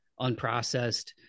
unprocessed